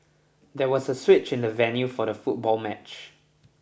there was a switch in the venue for the football match